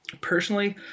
Personally